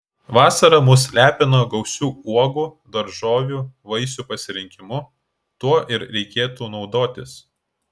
vasara mus lepina gausiu uogų daržovių vaisių pasirinkimu tuo ir reikėtų naudotis